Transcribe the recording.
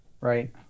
Right